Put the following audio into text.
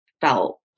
felt